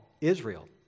Israel